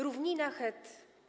Równina het!